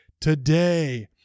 Today